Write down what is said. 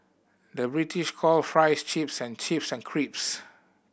the British call fries chips and chips and